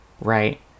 right